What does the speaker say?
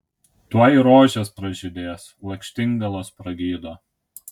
tuoj rožės pražydės lakštingalos pragydo